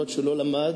אף-על-פי שלא למד